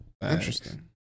interesting